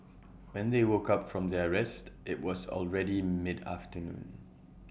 when they woke up from their rest IT was already mid afternoon